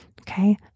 Okay